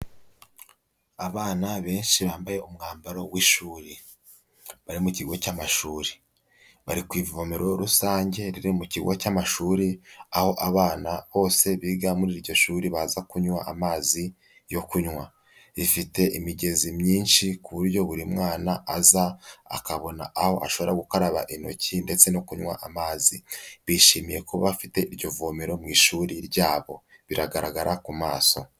Abana benshi bambaye umwambaro w'ishuri. Bari mu kigo cy'amashuri. Bari ku ivomero rusange riri mu kigo cy'amashuri, aho abana bose biga muri iryo shuri baza kunywa amazi yo kunywa. Rifite imigezi myinshi ku buryo buri mwana aza akabona aho ashobora gukaraba intoki ndetse no kunywa amazi. Bishimiye ko bafite iryo vomero mu ishuri ryabo. Biragaragara ku maso.